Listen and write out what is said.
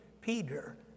Peter